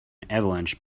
avalanche